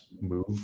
move